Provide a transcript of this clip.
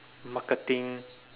marketing